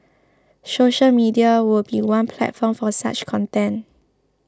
social media would be one platform for such content